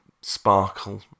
sparkle